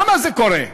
למה זה קורה?